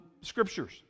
Scriptures